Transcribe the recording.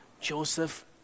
Joseph